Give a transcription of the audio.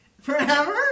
Forever